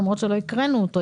למרות שלא הקראנו אותו.